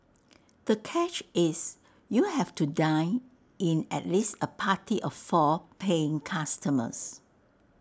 the catch is you have to dine in at least A party of four paying customers